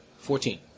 fourteen